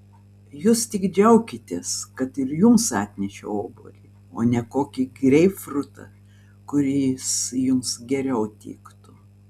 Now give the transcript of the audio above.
jūs tik džiaukitės kad ir jums atnešiau obuolį o ne kokį greipfrutą kuris jums geriau tiktų